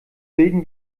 bilden